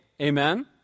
Amen